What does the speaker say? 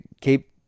keep